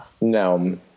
No